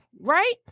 right